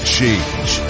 change